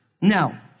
Now